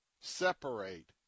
separate